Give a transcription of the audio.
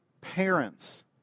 parents